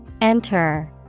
Enter